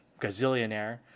gazillionaire